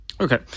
Okay